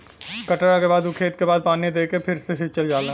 कटला के बाद ऊ खेत के खाद पानी दे के फ़िर से सिंचल जाला